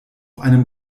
einem